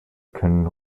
können